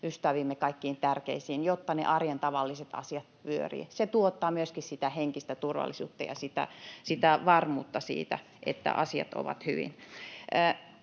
kaikkiin tärkeisiin, jotta ne arjen tavalliset asiat pyörivät. Se tuottaa myöskin sitä henkistä turvallisuutta ja varmuutta siitä, että asiat ovat hyvin.